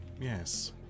yes